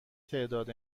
تعداد